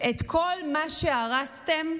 שאת כל מה שאתם הרסתם,